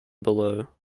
below